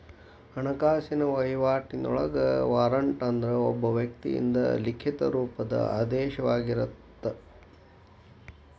ಹಣಕಾಸಿನ ವಹಿವಾಟಿನೊಳಗ ವಾರಂಟ್ ಅಂದ್ರ ಒಬ್ಬ ವ್ಯಕ್ತಿಯಿಂದ ಲಿಖಿತ ರೂಪದ ಆದೇಶವಾಗಿರತ್ತ